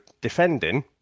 defending